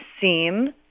seem